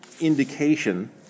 indication